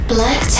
Black